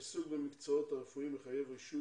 העיסוק במקצועות הרפואיים מחייב רישוי